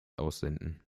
aussenden